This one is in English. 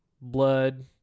blood